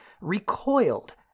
recoiled